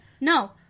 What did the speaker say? No